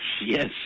yes